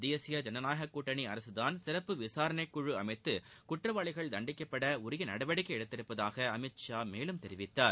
தேசிய ஜனநாயக கூட்டணி அரகதான் சிறப்பு விசாரணைக்குழு அமைத்து குற்றவாளிகள் தண்டிப்பட உரிய நடவடிக்கை எடுத்துள்ளதாக திரு அமித்ஷா மேலும் தெரிவித்தார்